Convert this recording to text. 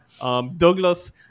Douglas